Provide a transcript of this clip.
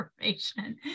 information